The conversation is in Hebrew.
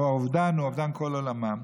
והאובדן הוא אובדן כל עולמם,